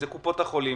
קופות החולים,